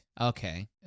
Okay